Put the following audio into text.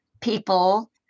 people